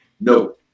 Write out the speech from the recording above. no